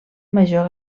major